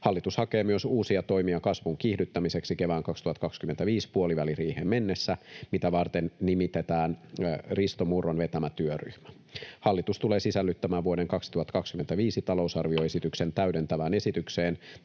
Hallitus hakee myös uusia toimia kasvun kiihdyttämiseksi kevään 2025 puoliväliriiheen mennessä, mitä varten nimitetään Risto Murron vetämä työryhmä. Hallitus tulee sisällyttämään vuoden 2025 talousarvioesityksen [Puhemies